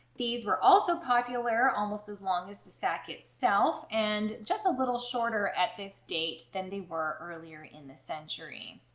these were also popular almost as long as the sack itself and just a little shorter at this date than they were earlier in the century.